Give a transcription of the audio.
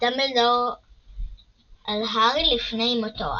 דמבלדור על הארי לפני מותו,